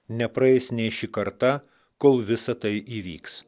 nepraeis nei ši karta kol visa tai įvyks